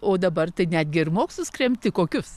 o dabar tai netgi ir mokslus kremti kokius